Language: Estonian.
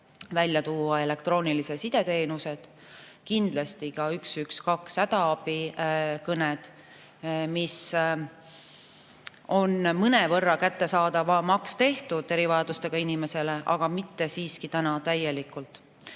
välja tuua elektroonilise side teenused, kindlasti ka 112 hädaabikõned, mis on mõnevõrra kättesaadavamaks tehtud erivajadustega inimestele, aga mitte siiski veel täielikult.